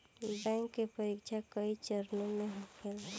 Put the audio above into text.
bank के परीक्षा कई चरणों में होखेला